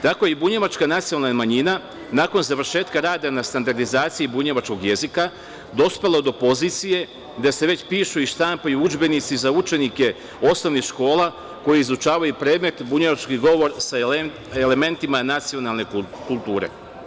Tako i bunjevačka nacionalna manjina nakon završetka rada na standardizaciji bunjevačkog jezika, dospela do pozicije da se već pišu i štampaju udžbenici za učenike osnovnih škola koji izučavaju predmet bunjevački govor sa elementima nacionalne kulture.